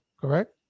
Correct